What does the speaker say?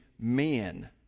men